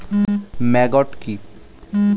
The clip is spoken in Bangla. ম্যাগট কি?